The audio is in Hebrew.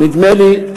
נדמה לי,